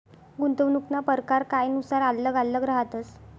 गुंतवणूकना परकार कायनुसार आल्लग आल्लग रहातस